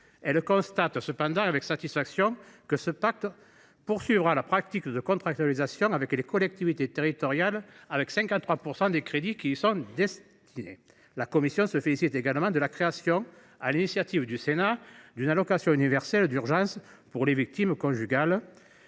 Elle constate cependant avec satisfaction que ce pacte poursuivra la pratique de contractualisation avec les collectivités territoriales, à laquelle 53 % de ses crédits seront destinés. La commission se félicite également de la création, sur l’initiative du Sénat, d’une allocation universelle d’urgence pour les victimes de